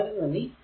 വളരെ നന്ദി